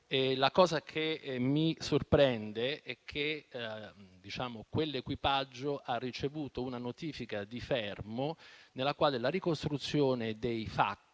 Quello che mi sorprende è che quell'equipaggio ha ricevuto una notifica di fermo nella quale la ricostruzione dei fatti